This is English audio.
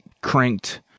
cranked